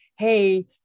hey